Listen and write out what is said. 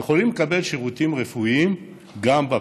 יכולים לקבל שירותים רפואיים גם בפריפריה.